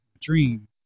Dream